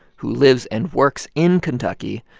who lives and works in kentucky,